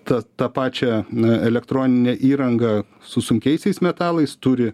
tą tą pačią na elektroninę įrangą su sunkiaisiais metalais turi